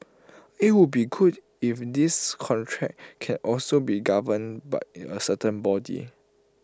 IT would be good if this contract can also be governed by in A certain body